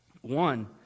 One